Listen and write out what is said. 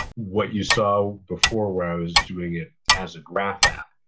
what you saw before, where i was doing it as graph app,